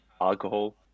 alcohol